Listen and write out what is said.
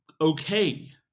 okay